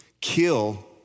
kill